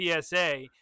PSA